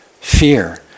fear